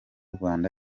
rwanda